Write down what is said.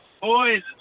Boys